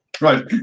Right